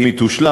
הראשונה.